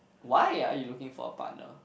why are you looking for a partner